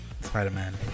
Spider-Man